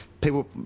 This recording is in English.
people